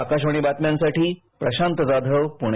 आकाशवाणी बातम्यांसाठी प्रशांत जाधव पूणे